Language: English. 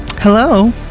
Hello